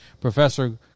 Professor